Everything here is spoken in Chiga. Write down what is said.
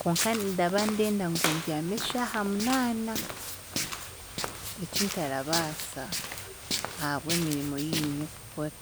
konka ndaba ndenda ngu mbyame eshaaha munaana ekintarabaasa ahabw'emirimo yinyine kukora.